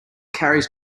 carries